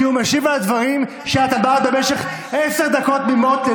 כי הוא משיב על הדברים שאת הבעת במשך עשר דקות תמימות,